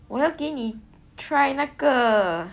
我要给你 try 那个